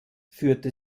führte